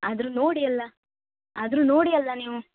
ಆದರೂ ನೋಡಿಯಲ್ಲ ಆದರೂ ನೋಡಿಯಲ್ಲ ನೀವು